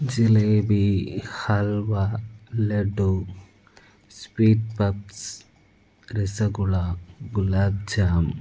jalebi halwa laddu sweet puffs rasgulla gulab jam